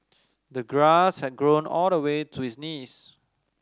the grass had grown all the way to his knees